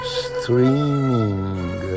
streaming